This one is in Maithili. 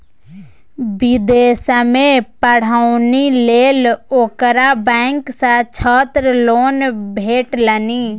विदेशमे पढ़ौनी लेल ओकरा बैंक सँ छात्र लोन भेटलनि